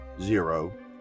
zero